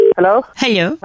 Hello